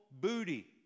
booty